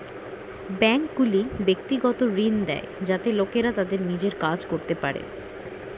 ব্যাঙ্কগুলি ব্যক্তিগত ঋণ দেয় যাতে লোকেরা তাদের নিজের কাজ করতে পারে